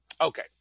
Okay